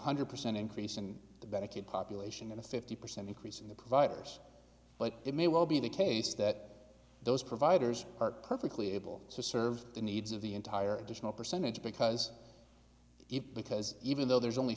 hundred percent increase in the benefit population and a fifty percent increase in the providers but it may well be the case that those providers are perfectly able to serve the needs of the entire additional percentage because it because even though there's only